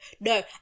No